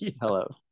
hello